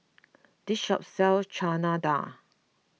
this shop sells Chana Dal